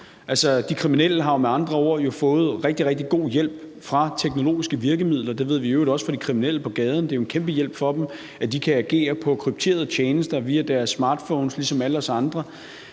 De kriminelle har jo med andre ord fået rigtig, rigtig god hjælp fra teknologiske virkemidler. Det ved vi i øvrigt også fra de kriminelle på gaden. Det er jo en kæmpe hjælp for dem, at de kan agere på krypterede tjenester via deres smartphones, ligesom alle os andre,